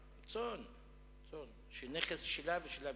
כזה שנכנס למטה,